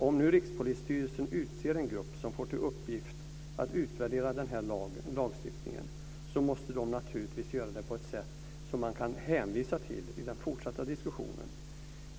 Om nu Rikspolisstyrelsen utser en grupp som får till uppgift att utvärdera den här lagstiftningen måste den naturligtvis göra det på ett sätt som man kan hänvisa till i den fortsatta diskussionen.